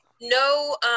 No